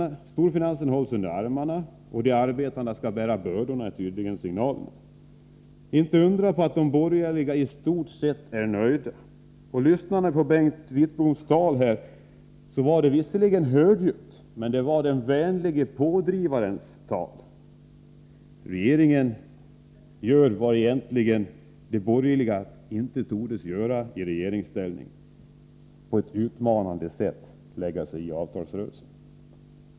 Storfinansen hålls under armarna, medan arbetarna får bära bördorna. Det är tydligen signalen från regeringen. Det är inte underligt att de borgerliga i stort sett är nöjda. Bengt Wittboms anförande nyss var visserligen högljutt, men det var den vänlige pådrivarens tal. Regeringen gör egentligen vad de borgerliga inte tordes göra i regeringsställning, när den på ett utmanande sätt lägger sig i avtalsrörelsen.